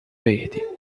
verde